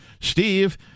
Steve